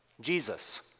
Jesus